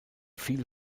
viel